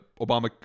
Obama